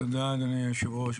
תודה אדוני יושב הראש.